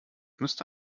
müsste